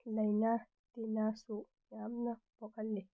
ꯂꯩꯅꯥ ꯇꯤꯟꯅꯥꯁꯨ ꯌꯥꯝꯅ ꯄꯣꯛꯍꯜꯂꯤ